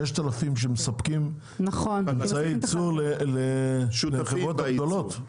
6,000 עסקים שמספקים אמצעי ייצור לחברות הגדולות?